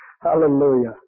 Hallelujah